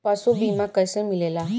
पशु बीमा कैसे मिलेला?